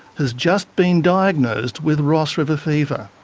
has just been diagnosed with ross river fever.